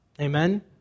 Amen